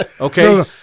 okay